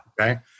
Okay